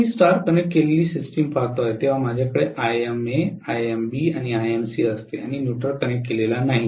आता मी star connect केलेली सिस्टीम पाहतो तेव्हा माझ्याकडे Ima Imb आणि Imc असते आणि न्यूट्रल कनेक्ट केलेला नाही